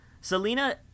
selena